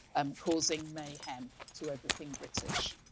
um causing mayhem to everything british.